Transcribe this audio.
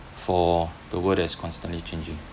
for the world that's constantly changing